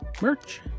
merch